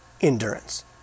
endurance